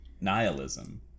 nihilism